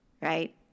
right